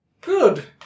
Good